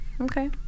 okay